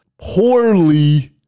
poorly